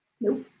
Nope